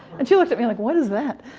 and she looked at me like, what is that?